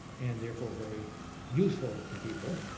and therefore very useful to people.